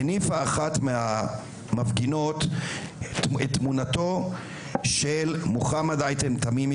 הניפה אחת מהמפגינות את תמונתו של מוחמד תמימי